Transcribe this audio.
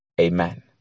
amen